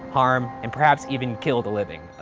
harm, and perhaps even kill the living?